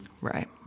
Right